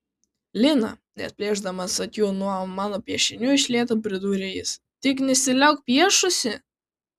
lina neatplėšdamas akių nuo mano piešinių iš lėto pridūrė jis tik nesiliauk piešusi